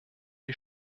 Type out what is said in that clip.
die